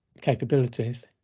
capabilities